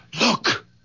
Look